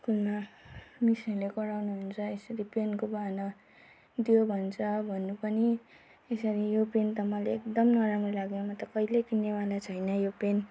स्कुलमा मिसहरूले कराउनु हुन्छ यसरी पेनको बाहाना दियो भन्छ भन्नु पनि यसरी यो पेन त मलाई एकदम नराम्रो लाग्यो म त कहिले किन्नेवाला छैन यो पेन